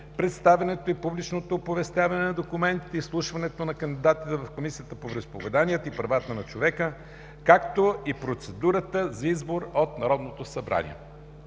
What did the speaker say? представянето и публичното оповестяване на документите и изслушването на кандидатите в Комисията по вероизповеданията и правата на човека, както и процедурата за избор от Народното събрание